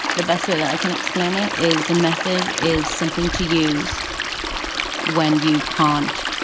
the best way that i can explain it is the method is something to use when you can't.